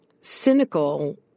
cynical